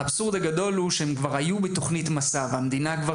האבסורד הגדול הוא שהן כבר היו בתוכנית מסע והמדינה כבר